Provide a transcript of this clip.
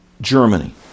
Germany